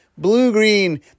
Blue-green